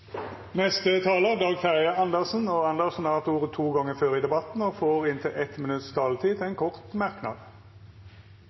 Dag Terje Andersen har hatt ordet to gonger tidlegare i debatten og får ordet til ein kort merknad, avgrensa til